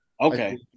Okay